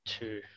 Two